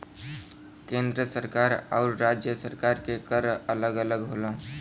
केंद्र सरकार आउर राज्य सरकार के कर अलग अलग होला